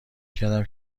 کردم